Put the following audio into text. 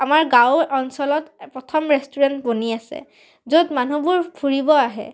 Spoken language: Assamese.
আমাৰ গাঁৱৰ অঞ্চলত প্ৰথম ৰেষ্টুৰেণ্ট বনি আছে য'ত মানুহবোৰ ফুৰিব আহে